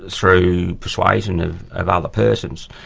through persuasion of of other persons,